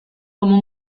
como